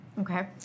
Okay